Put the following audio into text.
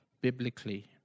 biblically